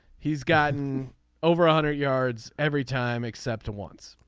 he's gotten over a hundred yards every time except once.